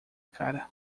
cara